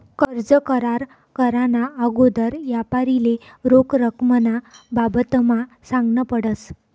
कर्ज करार कराना आगोदर यापारीले रोख रकमना बाबतमा सांगनं पडस